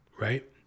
right